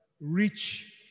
reach